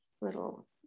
little